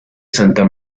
santa